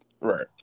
right